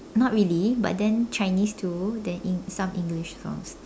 not really but then Chinese too then eng~ some English songs